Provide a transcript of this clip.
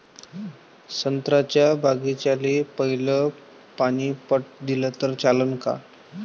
संत्र्याच्या बागीचाले पयलं पानी पट दिलं त चालन का?